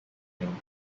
name